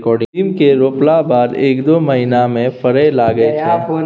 सीम केँ रोपला बाद एक दु महीना मे फरय लगय छै